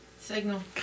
Signal